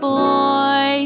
boy